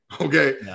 okay